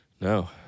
No